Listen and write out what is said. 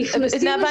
נכנסים --- נאוה,